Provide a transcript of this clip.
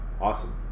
awesome